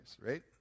right